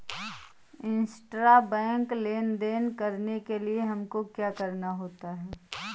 Intrabank लेन देन करने के लिए हमको क्या करना होता है?